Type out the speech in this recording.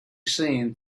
seen